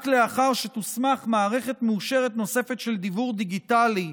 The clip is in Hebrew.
רק לאחר שתוסמך מערכת מאושרת נוספת של דיוור דיגיטלי,